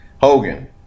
Hogan